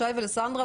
לשי ולסנדרה,